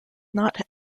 not